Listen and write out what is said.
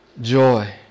joy